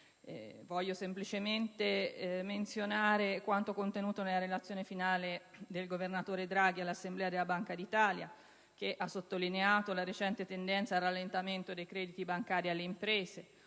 Volevo semplicemente menzionare quanto contenuto nella relazione finale del governatore Draghi all'assemblea della Banca d'Italia, in cui si sottolinea la recente tendenza al rallentamento dei crediti bancari alle imprese